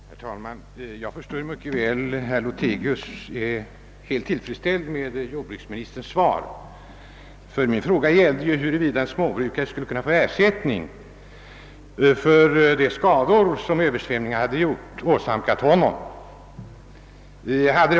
Herr talman! Jag förstår mycket väl att högermannen herr Lothigius är helt tillfredsställd med jordbruksministerns svar på min fråga. Denna gällde ju huruvida en småbrukare skulle kunna få ersättning för de skador som översvämningarna hade åsamkat honom.